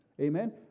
Amen